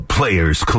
Players